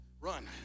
run